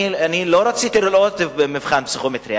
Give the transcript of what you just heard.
אני לא רציתי את המבחן הפסיכומטרי,